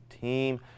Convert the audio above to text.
team